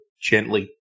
gently